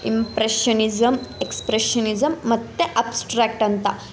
impressionism expressionism ಮತ್ತು abstract ಅಂತ